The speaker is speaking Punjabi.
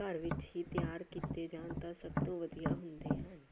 ਘਰ ਵਿੱਚ ਹੀ ਤਿਆਰ ਕੀਤੇ ਜਾਣ ਤਾਂ ਸਭ ਤੋਂ ਵਧੀਆ ਹੁੰਦੇ ਹਨ